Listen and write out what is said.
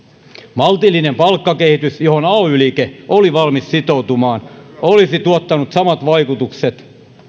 maltillinen palkkakehitys johon ay liike oli valmis sitoutumaan olisi tuottanut samat vaikutukset